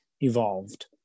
evolved